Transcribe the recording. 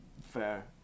fair